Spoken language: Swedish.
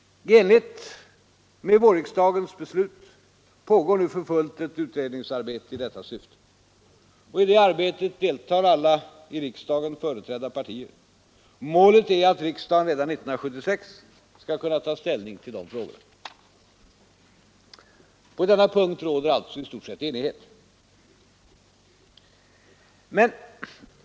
I enlighet med vårriksdagens beslut pågår nu för fullt ett utredningsarbete i detta syfte. I detta arbete deltar alla i riksdagen företrädda partier. Målet är att riksdagen redan 1976 skall kunna ta ställning till dessa frågor. På denna punkt råder alltså i stort sett enighet.